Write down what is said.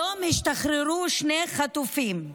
היום השתחררו שני חטופים.